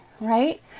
right